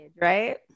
right